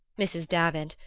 mrs. davant,